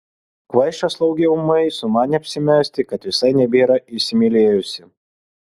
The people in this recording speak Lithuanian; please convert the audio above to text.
kvaiša slaugė ūmai sumanė apsimesti kad visai nebėra įsimylėjusi